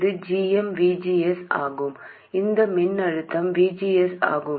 இது gmVGs ஆகும் இந்த மின்னழுத்தம் VGs ஆகும்